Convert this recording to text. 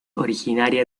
originaria